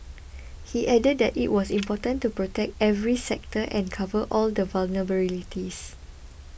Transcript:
he added that it was important to protect every sector and cover all the vulnerabilities